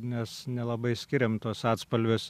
nes nelabai skiriam tuos atspalvius